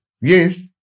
Yes